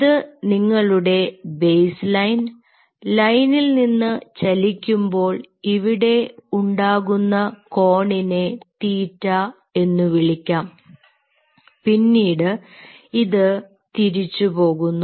ഇത് നിങ്ങളുടെ base line ലൈനിൽ നിന്ന് ചലിക്കുമ്പോൾ ഇവിടെ ഉണ്ടാകുന്ന കോണിനെ ɵ എന്നുവിളിക്കാം പിന്നീട് ഇത് തിരിച്ചു പോകുന്നു